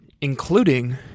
Including